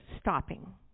stopping